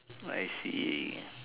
I see